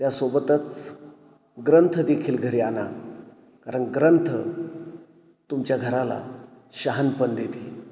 त्यासोबतच ग्रंथ देखील घरी आणा कारण ग्रंथ तुमच्या घराला शहाणपण देते